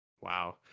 Wow